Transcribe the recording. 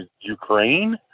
Ukraine